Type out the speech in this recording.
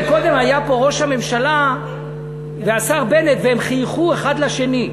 קודם היו פה ראש הממשלה והשר בנט והם חייכו אחד לשני.